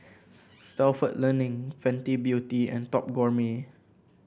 Stalford Learning Fenty Beauty and Top Gourmet